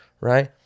Right